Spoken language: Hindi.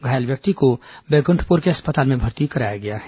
घायल व्यक्ति को बैकुंठपुर के अस्पताल में भर्ती कराया गया है